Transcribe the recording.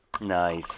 Nice